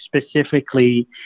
specifically